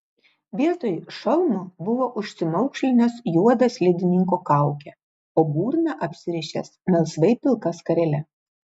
vietoj šalmo buvo užsimaukšlinęs juodą slidininko kaukę o burną apsirišęs melsvai pilka skarele